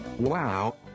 Wow